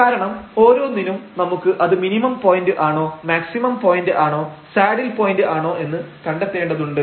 കാരണം ഓരോന്നിനും നമുക്ക് അത് മിനിമം പോയന്റ് ആണോ മാക്സിമം പോയന്റാണോ സാഡിൽ പോയന്റ് ആണോ എന്ന് കണ്ടെത്തേണ്ടതുണ്ട്